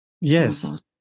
Yes